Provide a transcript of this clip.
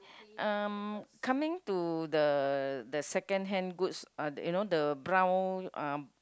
um coming to the the second hand goods uh you know the brown uh